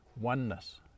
oneness